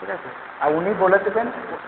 ঠিক আছে আর উনি বলে দেবেন